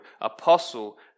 apostle